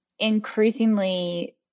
increasingly